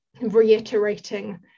reiterating